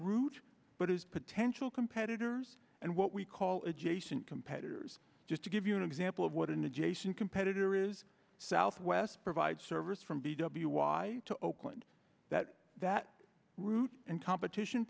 route but as potential competitors and what we call adjacent competitors just to give you an example of what an adjacent competitor is southwest provide service from b w y to oakland that that route and competition